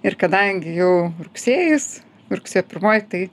ir kadangi jau rugsėjis rugsėjo pirmoji tai